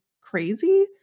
crazy